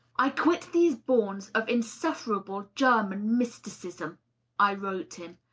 i quit these bourns of insufferable german mysticism i wrote him,